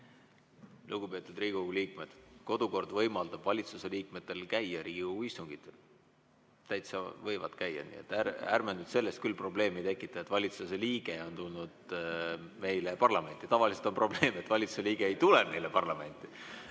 Lugupeetud Riigikogu liikmed! Kodukord võimaldab valitsuse liikmetel käia Riigikogu istungitel. Nad täitsa võivad käia. Nii et ärme sellest küll probleemi tekitame, et valitsuse liige on tulnud meile parlamenti. Tavaliselt on probleem, et valitsuse liige ei tule parlamenti.